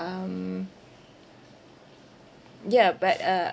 um ya but uh